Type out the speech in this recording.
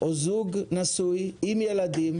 או זוג נשוי עם ילדים,